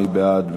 מי בעד?